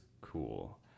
cool